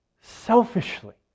selfishly